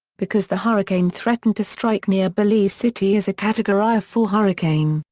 because the hurricane threatened to strike near belize city as a category four hurricane,